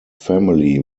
family